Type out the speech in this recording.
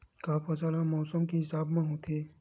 का फसल ह मौसम के हिसाब म होथे?